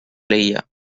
leía